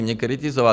Mě kritizoval.